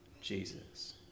Jesus